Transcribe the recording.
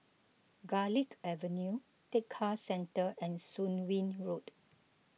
Garlick Avenue Tekka Centre and Soon Wing Road